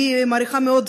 אני מעריכה מאוד,